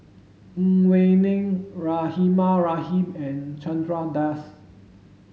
Ang Wei Neng Rahimah Rahim and Chandra Das